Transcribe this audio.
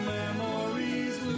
memories